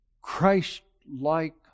Christ-like